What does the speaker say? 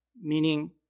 Meaning